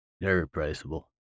irreplaceable